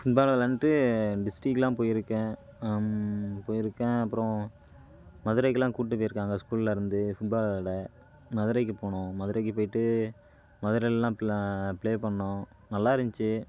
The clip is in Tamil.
ஃபுட்பால் விளாண்டுட்டு டிஸ்ட்ரிக்லாம் போயிருக்கேன் போயிருக்கேன் அப்பறம் மதுரைக்குலாம் கூட்டு போயிருக்காங்க ஸ்கூல்லருந்து ஃபுட்பால் வெளாட மதுரைக்கு போனோம் மதுரைக்கு போயிட்டு மதுரைலலாம் ப்ளே பண்ணிணோம் நல்லா இருந்துச்சி